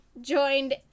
joined